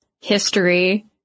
history